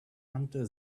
hunter